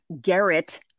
Garrett